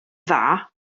dda